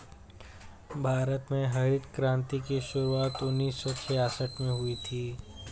भारत में हरित क्रान्ति की शुरुआत उन्नीस सौ छियासठ में हुई थी